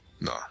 no